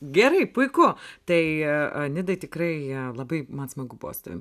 gerai puiku tai nidai tikrai labai man smagu buvo su tavim